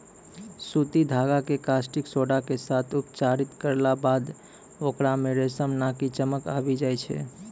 सूती धागा कॅ कास्टिक सोडा के साथॅ उपचारित करला बाद होकरा मॅ रेशम नाकी चमक आबी जाय छै